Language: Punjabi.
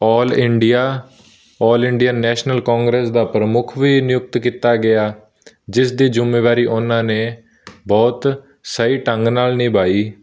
ਆਲ India all India national Congress ਦਾ ਪ੍ਰਮੁੱਖ ਵੀ ਨਿਯੁਕਤ ਕੀਤਾ ਗਿਆ ਜਿਸ ਦੀ ਜ਼ਿੰਮੇਵਾਰੀ ਉਹਨਾਂ ਨੇ ਬਹੁਤ ਸਹੀ ਢੰਗ ਨਾਲ ਨਿਭਾਈ